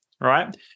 right